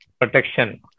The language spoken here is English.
protection